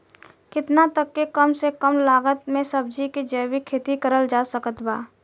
केतना तक के कम से कम लागत मे सब्जी के जैविक खेती करल जा सकत बा?